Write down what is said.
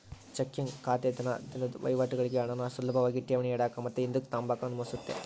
checking ಖಾತೆ ದಿನ ದಿನುದ್ ವಹಿವಾಟುಗುಳ್ಗೆ ಹಣಾನ ಸುಲುಭಾಗಿ ಠೇವಣಿ ಇಡಾಕ ಮತ್ತೆ ಹಿಂದುಕ್ ತಗಂಬಕ ಅನುಮತಿಸ್ತತೆ